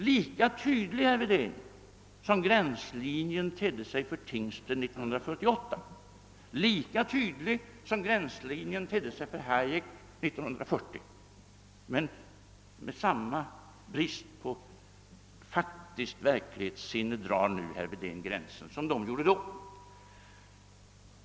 Lika tydlig som gränslinjen tedde sig för Tingsten 1948, lika tydlig som gränslinjen tedde sig för Hayek 1940 och med samma brist på verklighetssinne som de drar nu herr Wedén gränsen.